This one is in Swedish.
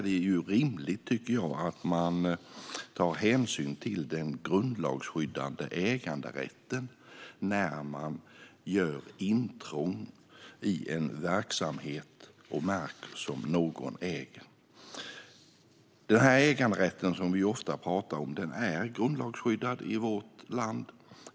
Det är rimligt, tycker jag, att man tar hänsyn till den grundlagsskyddade äganderätten när man gör intrång i en verksamhet på mark som någon äger. Äganderätten, som vi ofta talar om, är grundlagsskyddad i vårt land.